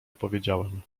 opowiedziałem